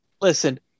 listen